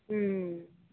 ಹ್ಞೂ